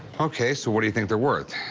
ok, so what do you think they're worth?